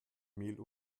mehl